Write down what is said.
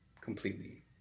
completely